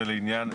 זה לעניין,